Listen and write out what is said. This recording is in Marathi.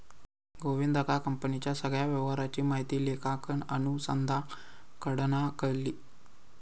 गोविंदका कंपनीच्या सगळ्या व्यवहाराची माहिती लेखांकन अनुसंधानाकडना कळली